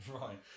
right